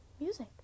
music